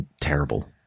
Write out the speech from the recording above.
terrible